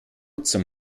zum